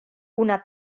una